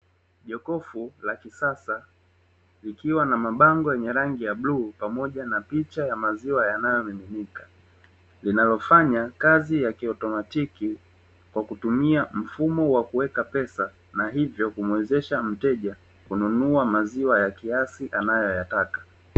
Jokofu la kisasa likiwa na mabango yenye rangi ya bluu pamoja na picha ya maziwa yanayomiminika. Linalofanya kazi ya kiotomatiki kwa kutumia mfumo wa kuweka pesa, na hivyo kumwezesha mteja kununua maziwa ya kiasi anayoyataka.